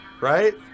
Right